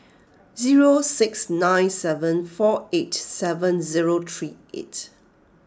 zero six nine seven four eight seven zero three eight